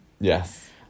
Yes